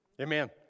Amen